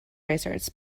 razors